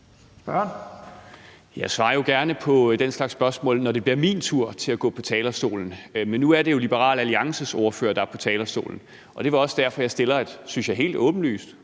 Jeg svarer gerne på den slags spørgsmål, når det bliver min tur til at gå på talerstolen, men nu er det jo Liberal Alliances ordfører, der er på talerstolen. Det var også derfor, at jeg stillede et helt åbenlyst